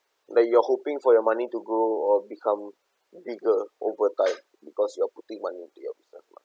like you are hoping for your money to grow or become bigger over time because you're putting money into your business lah